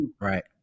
Right